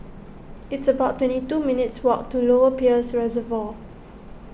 it's about twenty two minutes' walk to Lower Peirce Reservoir